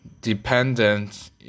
Dependent